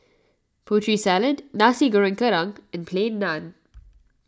Putri Salad Nasi Goreng Kerang and Plain Naan